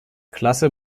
klasse